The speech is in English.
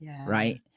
right